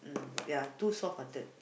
mm ya too soft hearted